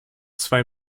zwei